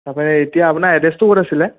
তাকে এতিয়া আপোনাৰ এড্ৰেছটো ক'ত আছিলে